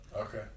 Okay